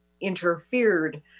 interfered